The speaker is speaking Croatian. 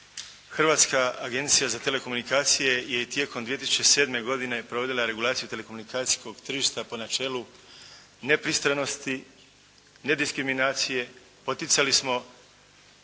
Hrvatska agencija za telekomunikacije je i tijekom 2007. godine provodila regulaciju telekomunikacijskog tržišta po načelu nepristranosti, nediskriminacije. Poticali smo